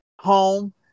home